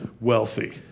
wealthy